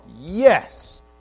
Yes